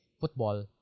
football